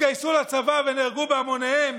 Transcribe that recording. התגייסו לצבא ונהרגו בהמוניהם.